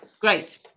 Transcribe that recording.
great